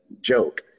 joke